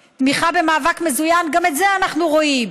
"(3) תמיכה במאבק מזוין" גם את זה אנחנו רואים,